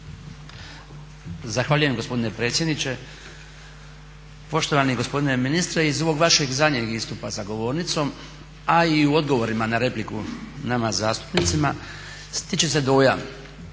Zahvaljujem gospodine predsjedniče. Poštovani gospodine ministre, iz ovog vaše zadnjeg istupa za govornicom, a i u odgovorima na repliku nama zastupnicima stiče se dojam